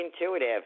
intuitive